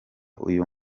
uyu